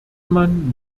man